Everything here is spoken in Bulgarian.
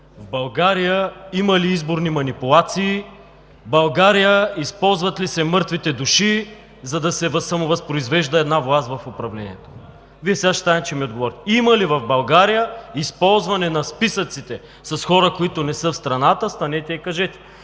в България има ли изборни манипулации, в България използват ли се мъртвите души, за да се самовъзпроизвежда една власт в управлението? Вие сега ще станете и ще ми отговорите. Има ли в България използване на списъците с хора, които не са в страната? Станете и кажете.